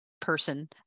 person